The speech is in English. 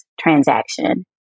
transaction